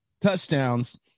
touchdowns